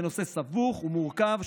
בנושא סבוך ומורכב,